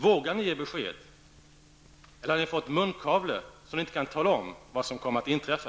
Vågar ni ge besked, eller har ni fått munkavle så att ni inte kan tala om vad som kommer att inträffa?